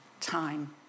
time